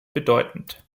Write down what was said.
bedeutend